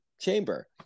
chamber